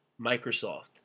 Microsoft